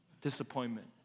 disappointment